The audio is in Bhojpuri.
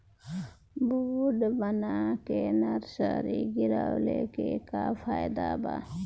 बेड बना के नर्सरी गिरवले के का फायदा बा?